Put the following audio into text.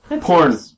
Porn